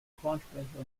kornspeicher